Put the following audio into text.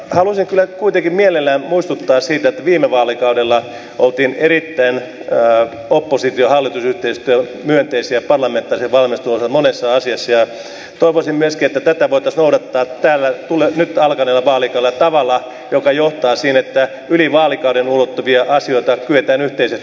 haluaisin kyllä kuitenkin mielelläni muistuttaa siitä että viime vaalikaudella oltiin erittäin oppositiohallitus yhteistyömyönteisiä parlamentaarisen valmistelun osalta monessa asiassa ja toivoisin myöskin että tätä voitaisiin noudattaa täällä nyt alkaneella vaalikaudella tavalla joka johtaa siihen että yli vaalikauden ulottuvia asioita kyetään yhteisesti valmistelemaan